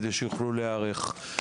כדי שיוכלו להיערך.